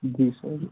जी sir